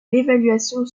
l’évaluation